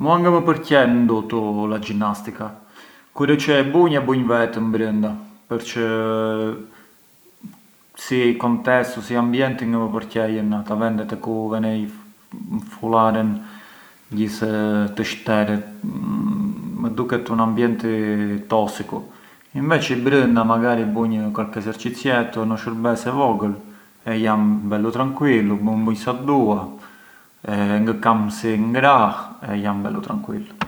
Kullurit i arit më kuiton pethkat çë vun grat të Hora te dita e Pashkve, ncilonën, xhillonën, xhipunin, brezin, gjith pjesët e veshjës arbëreshe.